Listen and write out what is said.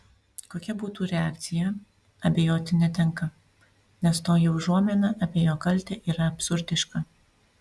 kokia būtų reakcija abejoti netenka nes toji užuomina apie jo kaltę yra absurdiška